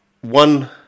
one